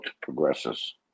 progresses